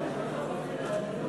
הוא עכשיו על הבמה,